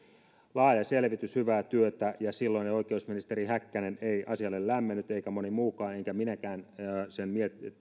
laaja selvitys hyvää työtä ja silloinen oikeusministeri häkkänen ei asialle lämmennyt eikä moni muukaan enkä minäkään sen